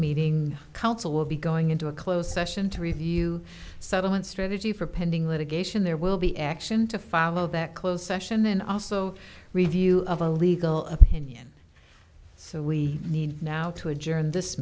meeting council will be going into a closed session to review settlement strategy for pending litigation there will be action to follow that close session and also review of our legal opinion so we need now to adjourn this